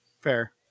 Fair